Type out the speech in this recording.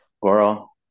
girl